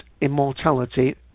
immortality